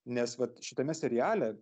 nes vat šitame seriale